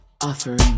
offering